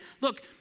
look